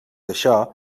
això